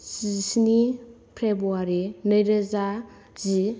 जिस्नि फेब्रुवारि नैरोजा जि